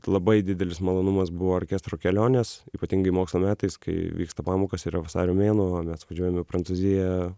labai didelis malonumas buvo orkestro kelionės ypatingai mokslo metais kai vyksta pamokos yra vasario mėnuo o mes važiuojam į prancūziją